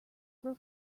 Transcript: grow